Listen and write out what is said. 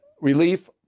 relief